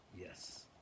Yes